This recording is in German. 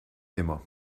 immer